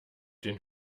den